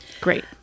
Great